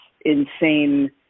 insane